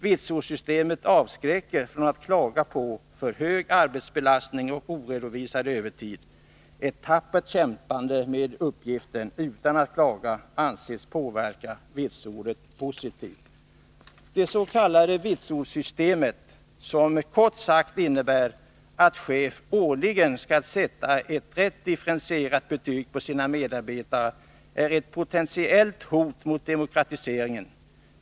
Vitsordssystemet avskräcker från att klaga på för hög arbetsbelastning och oredovisad övertid. Ett tappert kämpande med uppgiften utan klagan anses påverka vitsordet positivt. Det s.k. vitsordssystemet, som kort sagt innebär att en chef årligen skall sätta ett rätt differentierat betyg på sina medarbetare, är ett potentiellt hot mot demokratiseringen.